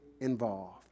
involved